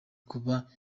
kuba